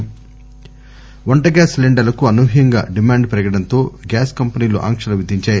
వంట గ్యాస్ వంట గ్యాస్ సిలిండర్లకు అనూహ్యంగా డిమాండు పెరగటంతో గ్యాస్ కంపెనీలు ఆంక్షలు విధించాయి